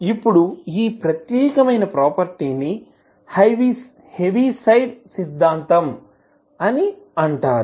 ఇప్పుడు ఈ ప్రత్యేక ప్రాపర్టీ 'హెవిసైడ్ సిద్ధాంతం' అంటారు